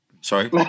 Sorry